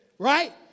Right